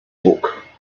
book